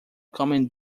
coming